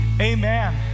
amen